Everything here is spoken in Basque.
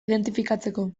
identifikatzeko